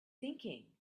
thinking